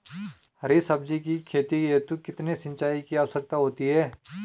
हरी सब्जी की खेती हेतु कितने सिंचाई की आवश्यकता होती है?